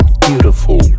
beautiful